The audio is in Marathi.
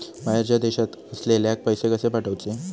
बाहेरच्या देशात असलेल्याक पैसे कसे पाठवचे?